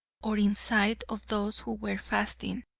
or in sight of those who were fasting,